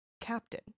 Captain